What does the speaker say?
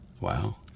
Wow